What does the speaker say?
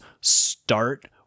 start